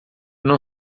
não